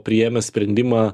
priėmęs sprendimą